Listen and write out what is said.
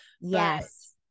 Yes